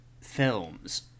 films